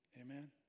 Amen